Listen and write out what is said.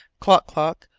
klock-klock,